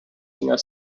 singer